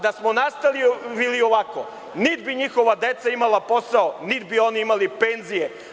Da smo nastavili ovako, niti bi njihova deca imala posao, niti bi oni imali penzije.